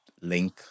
link